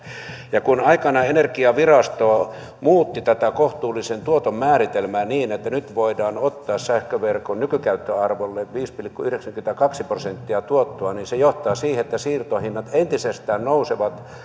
ja kun aikanaan energiavirasto muutti tätä kohtuullisen tuoton määritelmää niin että nyt voidaan ottaa sähköverkon nykykäyttöarvolle viisi pilkku yhdeksänkymmentäkaksi prosenttia tuottoa niin se johtaa siihen että siirtohinnat entisestään nousevat